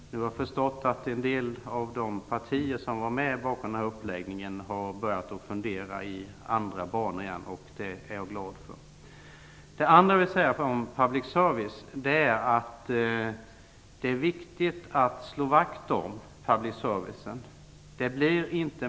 Men nu har jag förstått att en del av de partier som var med om denna uppläggning har börjat fundera i andra banor, vilket jag är glad för. Public service är det viktigt att slå vakt om.